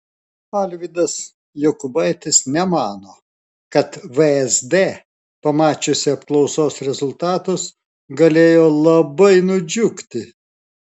alvydas jokubaitis nemano kad vsd pamačiusi apklausos rezultatus galėjo labai nudžiugti